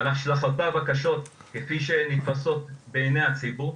על השלכותיו הקשות כפי שהן נתפסות בעיניי הציבור,